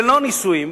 ללא נישואים,